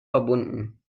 verbunden